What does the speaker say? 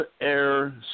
air